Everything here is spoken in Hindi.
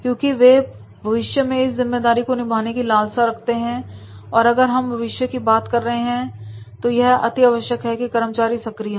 क्योंकि वे भविष्य में इस जिम्मेदारी को निभाने की लालसा रखते हैं और अगर हम भविष्य की बात करें तो यह अति आवश्यक है की कर्मचारी सक्रिय